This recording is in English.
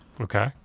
Okay